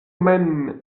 mem